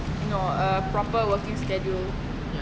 you know err a proper working schedule